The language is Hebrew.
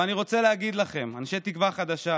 אבל אני רוצה להגיד לכם, אנשי תקווה חדשה: